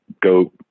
go